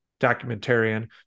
documentarian